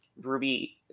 Ruby